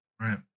Right